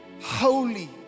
holy